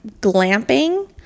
glamping